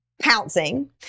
pouncing